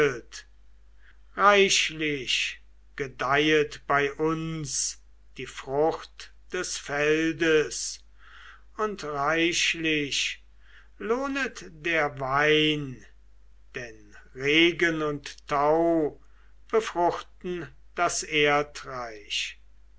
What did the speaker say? reichlich gedeihet bei uns die frucht des feldes und reichlich lohnet der wein denn regen und tau befruchten das erdreich